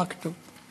מה כתוב?